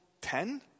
ten